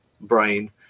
brain